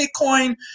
Bitcoin